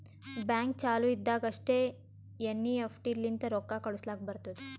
bank ಚಾಲು ಇದ್ದಾಗ್ ಅಷ್ಟೇ ಎನ್.ಈ.ಎಫ್.ಟಿ ಲಿಂತ ರೊಕ್ಕಾ ಕಳುಸ್ಲಾಕ್ ಬರ್ತುದ್